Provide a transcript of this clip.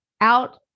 out